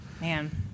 Man